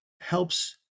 helps